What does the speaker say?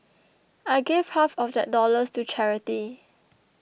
I gave half of that dollars to charity